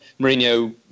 Mourinho